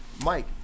Mike